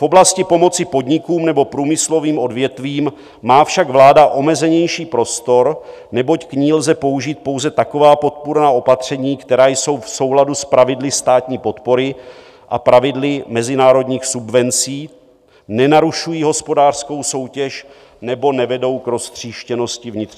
V oblasti pomoci podnikům nebo průmyslovým odvětvím má však vláda omezenější prostor, neboť k ní lze použít pouze taková podpůrná opatření, která jsou v souladu s pravidly státní podpory a pravidly mezinárodních subvencí, nenarušují hospodářskou soutěž nebo nevedou k roztříštěnosti vnitřního trhu.